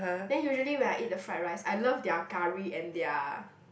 then usually when I eat the fried rice I love their curry and their